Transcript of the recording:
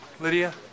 Lydia